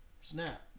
snap